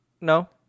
no